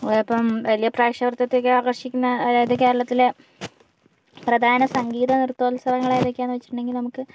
അത് ഇപ്പോൾ വലിയ പ്രേക്ഷകവൃത്തത്തെ ആകർഷിക്കുന്ന അതായത് കേരളത്തിലെ പ്രധാന സംഗീത നൃത്തോൽത്സവങ്ങൾ ഏതൊക്കെയാന്നു വെച്ചിട്ടുണ്ടെങ്കിൽ നമുക്ക്